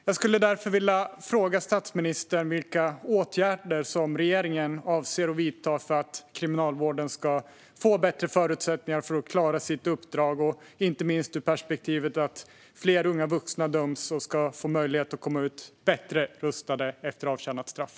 Jag skulle därför vilja fråga statsministern vilka åtgärder regeringen avser att vidta för att Kriminalvården ska få bättre förutsättningar att klara sitt uppdrag, inte minst ur perspektivet att fler unga vuxna döms och att de ska få möjlighet att komma ut bättre rustade efter avtjänat straff.